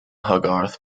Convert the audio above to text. hogarth